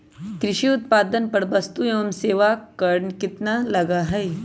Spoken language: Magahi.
कृषि उत्पादन पर वस्तु एवं सेवा कर कितना लगा हई?